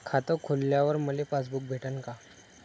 खातं खोलल्यावर मले पासबुक भेटन का?